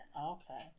Okay